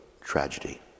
tragedy